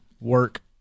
work